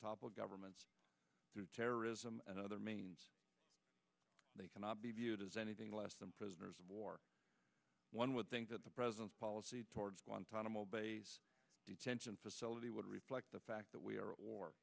topple governments through terrorism and other means they cannot be viewed as anything less than prisoners of war one would think that the president's policy towards guantanamo bay detention facility would reflect the fact that we are